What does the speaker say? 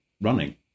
running